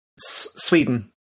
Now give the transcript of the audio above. Sweden